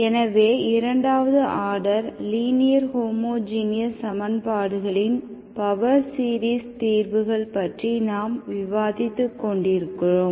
எனவே இரண்டாவது order linear homogeneous சமன்பாடுகளின் பவர் சீரிஸ் தீர்வுகள் பற்றி நாம் விவாதித்துக் கொண்டிருந்தோம்